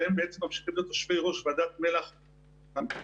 שהם ממשיכים להיות יושבי-ראש ועדות המל"ח המחוזיות,